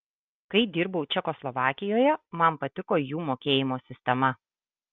kai dirbau čekoslovakijoje man patiko jų mokėjimo sistema